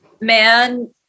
man